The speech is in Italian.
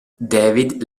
david